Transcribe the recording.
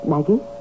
Maggie